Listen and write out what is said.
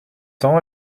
temps